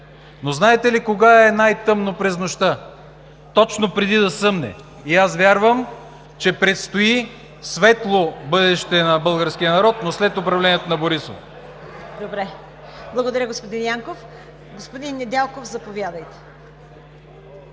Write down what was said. Но знаете ли кога е най-тъмно през нощта? Точно преди да съмне и аз вярвам, че предстои светло бъдеще на българския народ, но след управлението на Борисов. ПРЕДСЕДАТЕЛ ЦВЕТА КАРАЯНЧЕВА: Благодаря, господин Янков. Господин Недялков, заповядайте